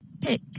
Pick